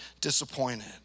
disappointed